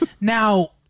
Now